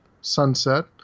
sunset